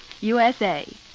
USA